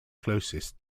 closest